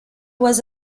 was